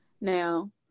now